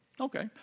Okay